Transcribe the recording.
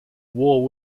war